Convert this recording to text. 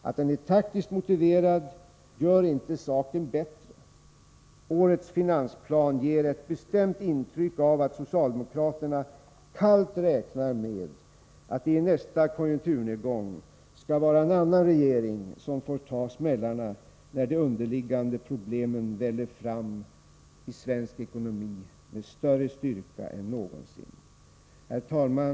Att den är taktiskt motiverad gör inte saken bättre. Årets finansplan ger ett bestämt intryck av att socialdemokraterna kallt räknar med att det i nästa konjunkturnedgång skall vara en annan regering som får ta smällarna, när de underliggande problemen väller fram i svensk ekonomi med större kraft än någonsin. Herr talman!